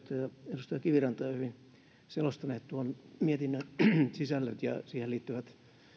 edustaja kiviranta jo hyvin selostaneet mietinnön sisällöt ja siihen liittyvät